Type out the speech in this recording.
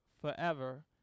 forever